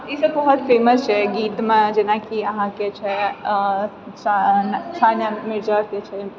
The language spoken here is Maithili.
ई सभ बहुत फेमस छै गीतमे जेनाकि अहाँके छै सानिआ मिर्जाके छै